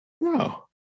No